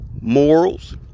morals